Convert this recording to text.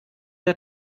der